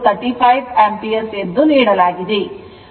I 35 ampere ಎಂದು ನೀಡಲಾಗಿದೆ